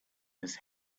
his